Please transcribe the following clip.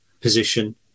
position